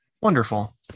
Wonderful